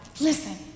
listen